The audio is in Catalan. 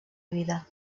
vida